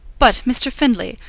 but, mr. findlay,